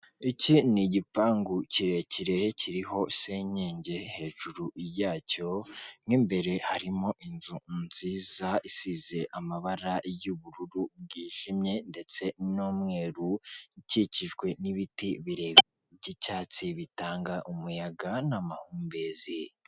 Iki ni igipangu kirekire kiriho senyenge hejuru yacyo nk'imbere harimo inzu nziza isize amabara y'ubururu bwijimye ndetse n'umweru ukikijwe n'ibiti by'icyatsi bitanga umuyaga n'amahumbezi .